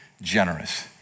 generous